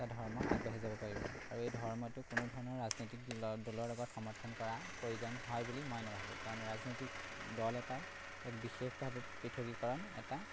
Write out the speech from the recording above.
এটা ধৰ্ম আগবাঢ়ি যাব পাৰিব আৰু এই ধৰ্মটো কোনো ধৰণৰ ৰাজনৈতিক দলৰ লগত সমৰ্থন কৰা প্ৰয়োজন হয় বুলি মই নেভাবোঁ কাৰণ ৰাজনৈতিক দল এটা এক বিশেষভাৱে পৃথকীকৰণ এটা